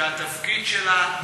שהתפקיד שלה הוא,